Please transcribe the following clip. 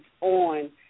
on